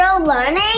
learning